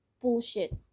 bullshit